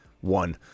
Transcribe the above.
one